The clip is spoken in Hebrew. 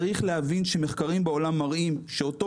צריך להבין שמחקרים בעולם מראים שאותו